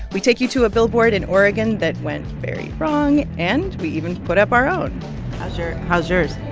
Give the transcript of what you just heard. we take you to a billboard in oregon that went very wrong, and we even put up our own how's yours?